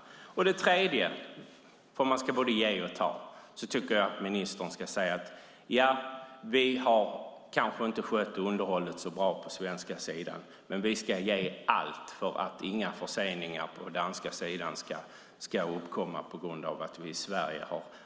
Eftersom man både ska ge och ta är det tredje budskapet att jag tycker att ministern ska säga att vi kanske inte har skött underhållet så bra på den svenska sidan men att vi ska ge allt för att några förseningar på den danska sidan inte ska uppkomma på grund av att vi i Sverige